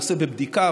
הנושא בבדיקה.